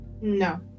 No